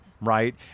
right